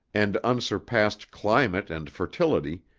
and unsurpassed climate and fertility,